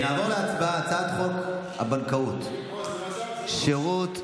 נעבור להצבעה על הצעת חוק הבנקאות (שירות ללקוח)